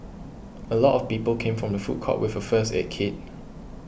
a lot of people came from the food court with a first aid kit